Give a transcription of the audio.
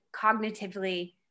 cognitively